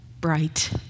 bright